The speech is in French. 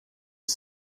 est